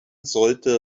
sollte